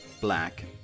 black